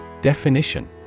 Definition